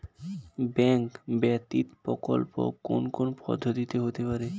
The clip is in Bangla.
ব্যাংক ব্যতীত বিকল্প কোন কোন পদ্ধতিতে হতে পারে?